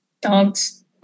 dogs